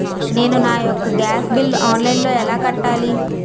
నేను నా యెక్క గ్యాస్ బిల్లు ఆన్లైన్లో ఎలా కట్టాలి?